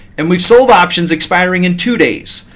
and we've sold options expiring in two days.